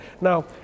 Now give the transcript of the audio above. Now